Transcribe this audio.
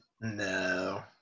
no